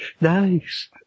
Nice